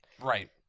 right